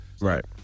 Right